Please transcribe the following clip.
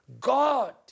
God